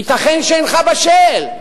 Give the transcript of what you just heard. ייתכן שאינך בשל.